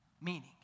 meaning